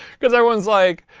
because everyone's like,